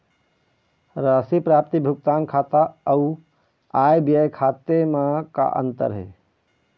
राशि प्राप्ति भुगतान खाता अऊ आय व्यय खाते म का अंतर हे?